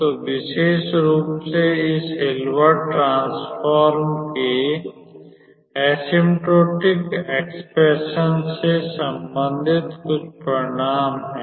तो विशेष रूप से इस हिल्बर्ट ट्रांसफॉर्म के स्पर्शोन्मुख विस्तार से संबंधित कुछ परिणाम है